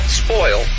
spoil